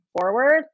forward